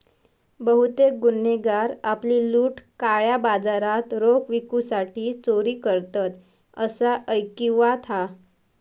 बहुतेक गुन्हेगार आपली लूट काळ्या बाजारात रोख विकूसाठी चोरी करतत, असा ऐकिवात हा